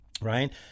Right